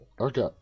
Okay